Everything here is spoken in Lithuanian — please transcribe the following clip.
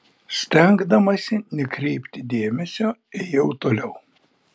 stengdamasi nekreipti dėmesio ėjau toliau